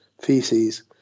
Feces